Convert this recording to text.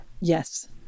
Yes